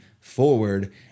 forward